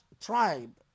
tribe